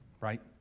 right